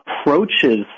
approaches